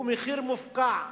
הוא מחיר מופקע.